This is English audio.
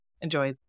enjoy